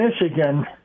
Michigan